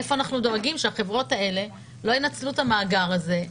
איך אנחנו דואגים שהחברות האלה לא ינצלו את המאגר הזה?